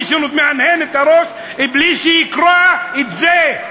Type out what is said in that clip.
מי שמהנהן בראש בלי שיקרא את זה,